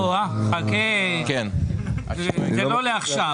הו, חכה, זה לא לעכשיו.